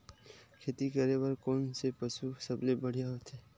खेती करे बर कोन से पशु सबले बढ़िया होथे?